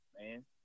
man